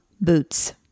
Boots